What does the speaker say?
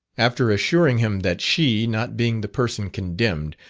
after assuring him that she not being the person condemned,